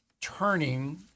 turning